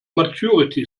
maturity